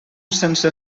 sense